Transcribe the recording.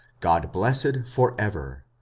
god blessed for ever.